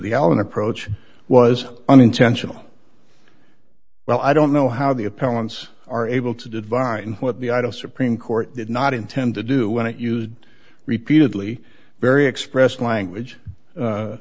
the allen approach was unintentional well i don't know how the appellant's are able to divine what the item supreme court did not intend to do when it used repeatedly very expressive language